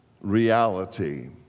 reality